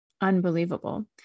unbelievable